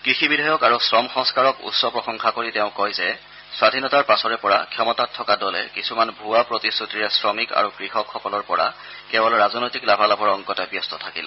কৃষি বিধেয়ক আৰু শ্ৰম সংস্কাৰক উচ্চ প্ৰশংসা কৰি তেওঁ কয় যে স্বাধীনতাৰ পাছৰে পৰা ক্ষমতাত থকা দলে কিছুমান ভুৱা প্ৰতিশ্ৰুতিৰে শ্ৰমিক আৰু কৃষকসকলৰ পৰা কেৱল ৰাজনৈতিক লাভালাভৰ অংকতে ব্যস্ত থাকিল